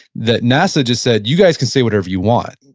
that nasa just said, you guys can say whatever you want.